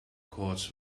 courts